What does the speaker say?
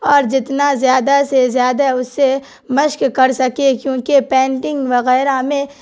اور جتنا زیادہ سے زیادہ اسے مشق کر سکے کیوںکہ پینٹنگ وغیرہ میں